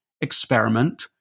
experiment